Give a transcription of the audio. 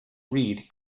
read